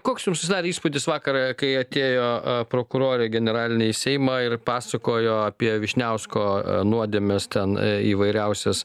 koks jums susidarė įspūdis vakar kai atėjo prokurorė generalinė į seimą ir pasakojo apie vyšniausko nuodėmes ten įvairiausias